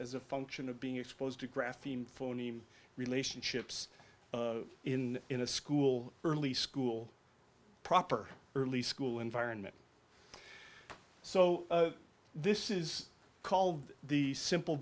as a function of being exposed to grapheme phoneme relationships in in a school early school proper early school environment so this is called the simple